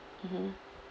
mmhmm